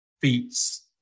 beats